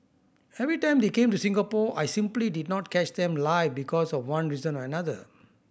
every time they came to Singapore I simply did not catch them live because of one reason or another